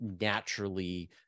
naturally